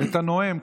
את הנואם,